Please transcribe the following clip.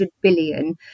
billion